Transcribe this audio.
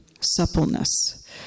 suppleness